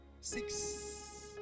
Six